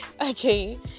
Okay